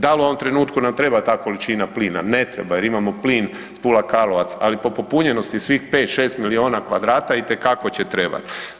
Dal u ovom trenutku nam treba ta količina plina, ne treba, jer imamo plin Pula-Karlovac ali po popunjenosti svih 5, 6 milijuna kvadrata, itekako će trebati.